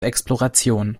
exploration